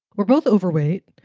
we're both overweight.